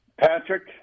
Patrick